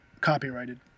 copyrighted